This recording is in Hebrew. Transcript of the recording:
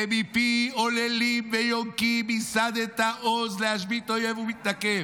זה "מפי עוללים ויונקים יסדת עז --- להשבית אויב ומתנקם".